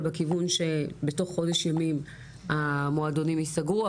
בכיוון שבתוך חודש ימים המועדונים ייסגרו,